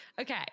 Okay